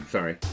Sorry